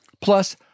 Plus